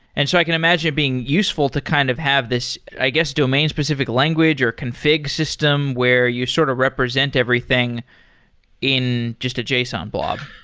and so i can imagine it being useful to kind of have this, i guess domain specific language or config system where you sort of represent everything in just a json blob.